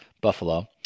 Buffalo